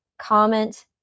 comment